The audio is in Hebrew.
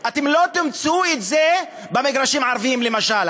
לא תמצאו את זה במגרשים הערביים למשל.